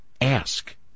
ask